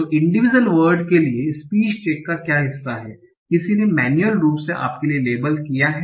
तो individual world के लिए स्पीच टैग का क्या हिस्सा है किसी ने मैन्युअल रूप से आपके लिए लेबल किया है